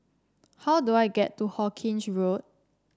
how do I get to Hawkinge Road